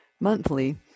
Monthly